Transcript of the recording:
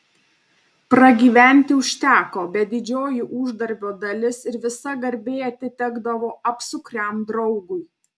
pragyventi užteko bet didžioji uždarbio dalis ir visa garbė atitekdavo apsukriam draugui